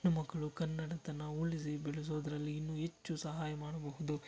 ನಮ್ಮ ಮಕ್ಕಳು ಕನ್ನಡತನ ಉಳಿಸಿ ಬೆಳೆಸೋದರಲ್ಲಿ ಇನ್ನೂ ಹೆಚ್ಚು ಸಹಾಯ ಮಾಡಬಹುದು